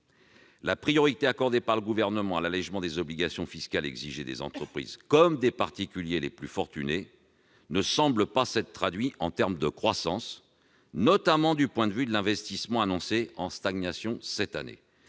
La priorité accordée par le Gouvernement à l'allégement des obligations fiscales des entreprises et des particuliers les plus fortunés ne semble pas s'être traduite en termes de croissance et d'investissements, ces derniers étant annoncés en stagnation cette année.